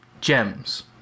gems